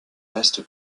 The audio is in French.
reste